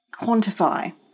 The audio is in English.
quantify